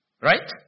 Right